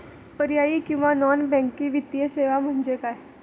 पर्यायी किंवा non banking वित्तीय सेवा म्हणजे काय?